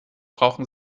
brauchen